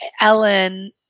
Ellen